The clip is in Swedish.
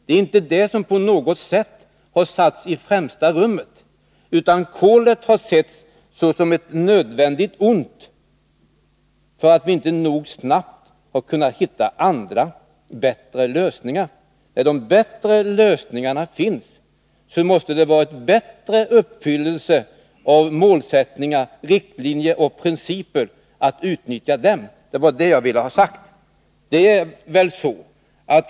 Det är inte det som på något sätt har satts i främsta rummet. Kolet har setts som ett nödvändigt ont, på grund av att vi inte nog snabbt har kunnat hitta andra, bättre lösningar. När dessa lösningar finns, måste det vara en bättre uppfyllelse av målsättningar, riktlinjer och principer att utnyttja dem. Det var detta som jag ville ha sagt.